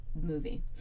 movie